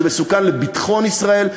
שמסוכן לביטחון ישראל,